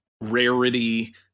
rarity